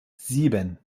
sieben